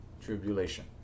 tribulation